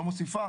לא מוסיפה,